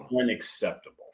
unacceptable